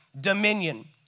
dominion